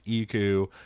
Iku